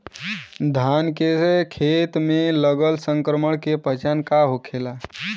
धान के खेत मे लगल संक्रमण के पहचान का होखेला?